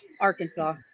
Arkansas